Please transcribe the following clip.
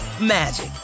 magic